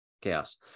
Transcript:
chaos